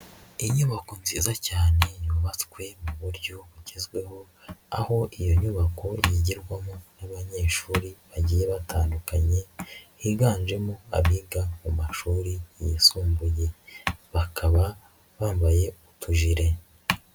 Inyubako nziza cyane yubatswe mu buryo bugezweho, aho iyo nyubako yigirwamo n'abanyeshuri bagiye batandukanye, higanjemo abiga mu mashuri yisumbuye bakaba bambaye utujire.